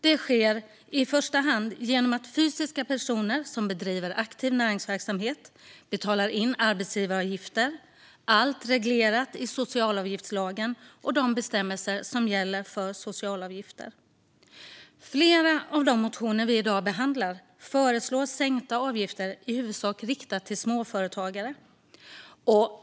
Det sker i första hand genom att fysiska personer som bedriver aktiv näringsverksamhet betalar in arbetsgivaravgifter. Allt är reglerat i socialavgiftslagen och de bestämmelser som gäller för socialavgifter. Flera av de motioner vi i dag behandlar föreslår sänkta avgifter, i huvudsak riktat till småföretagare.